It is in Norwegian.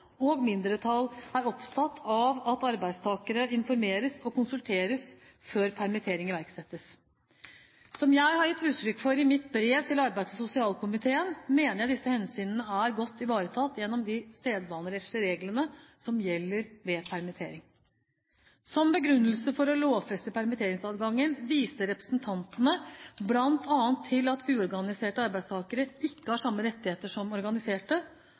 og komiteens mindretall er opptatt av at arbeidstakerne informeres og konsulteres før permittering iverksettes. Som jeg har gitt uttrykk for i mitt brev til arbeids- og sosialkomiteen, mener jeg disse hensynene er godt ivaretatt gjennom de sedvanerettslige reglene som gjelder ved permittering. Som begrunnelse for å lovfeste permitteringsadgangen viser representantene bl.a. til at uorganiserte arbeidstakere ikke har samme rettigheter som organiserte,